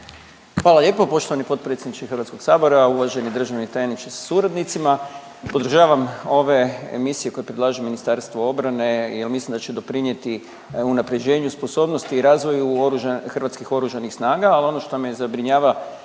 Hvala lijepo poštovani potpredsjedniče Hrvatskog sabora, uvaženi državni tajniče sa suradnicima. Podržavam ove misije koje predlaže Ministarstvo obrane jer mislim da će doprinijeti unapređenju, sposobnosti i razvoju Hrvatskih oružanih snaga al ono što me zabrinjava